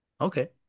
Okay